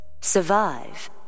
survive